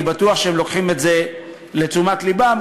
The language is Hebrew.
אני בטוח שהם לוקחים את זה לתשומת לבם.